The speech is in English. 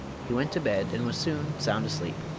he went to bed and was soon sound asleep.